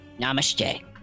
Namaste